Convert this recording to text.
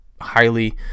highly